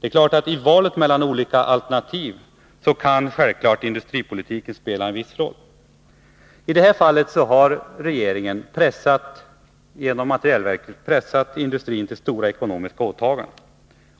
Det är klart att i valet mellan olika alternativ kan självfallet industripolitiken spela en viss roll. I det här fallet har regeringen pressat industrin till stora ekonomiska